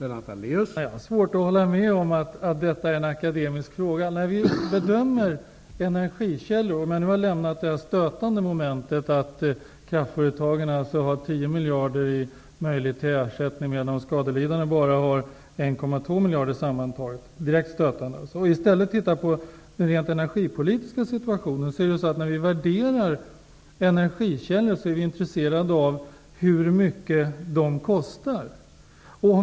Herr talman! Jag har svårt att hålla med om att detta är en akademisk fråga. Jag lämnar det stötande momentet att kraftföretagen har 10 miljarder i möjlig ersättning medan de skadelidande bara har 1,2 miljarder sammantaget -- det är direkt stötande -- och ser i stället på den rent energipolitiska situationen. När vi värderar energikällor är vi intresserade av hur mycket de kostar.